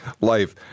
life